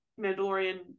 Mandalorian